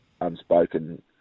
Unspoken